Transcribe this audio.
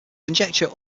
conjecture